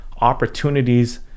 opportunities